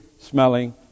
smelling